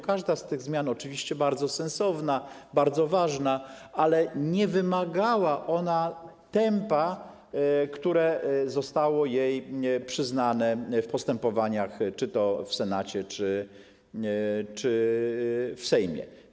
Każda z tych zmian jest oczywiście bardzo sensowna, bardzo ważna, ale nie wymagała ona tempa, które zostało jej nadane w postępowaniach czy to w Senacie, czy to w Sejmie.